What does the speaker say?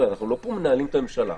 אנחנו לא מנהלים פה את הממשלה,